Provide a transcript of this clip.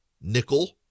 Nickel